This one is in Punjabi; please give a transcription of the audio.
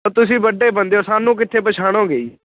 ਤੁਸੀਂ ਵੱਡੇ ਬੰਦੇ ਹੋ ਸਾਨੂੰ ਕਿੱਥੇ ਪਛਾਣੋਗੇ ਜੀ